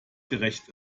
gerecht